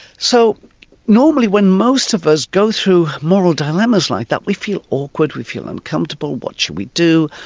so normally when most of us go through moral dilemmas like that we feel awkward, we feel uncomfortable, what should we do,